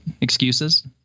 Excuses